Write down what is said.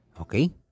Okay